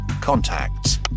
Contacts